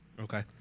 Okay